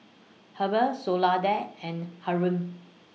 Heber Soledad and Hyrum